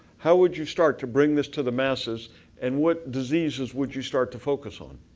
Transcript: how would you start to bring this to the masses and what diseases would you start to focus on?